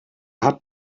hat